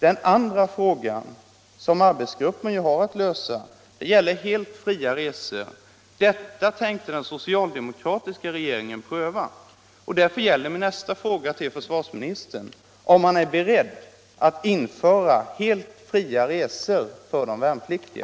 Det andra problem som arbetsgruppen har att lösa gäller helt fria resor. En sådan ordning tänkte den socialdemokratiska regeringen pröva. Därför frågar jag: Är försvarsministern beredd att införa helt fria resor för de värnpliktiga?